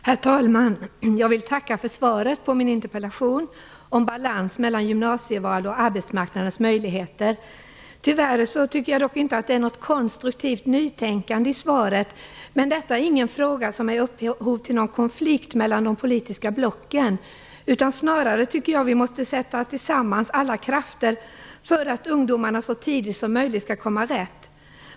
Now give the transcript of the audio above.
Herr talman! Jag vill tacka för svaret på min interpellation om balans mellan gymnasieval och arbetsmarknadens möjligheter. Tyvärr finns det nog inget konstruktivt nytänkande i svaret. Detta är dock ingen fråga som är upphov till någon konflikt mellan de politiska blocken. Snarare tycker jag att vi tillsammans måste sätta in alla krafter för att ungdomarna så tidigt som möjligt skall komma rätt.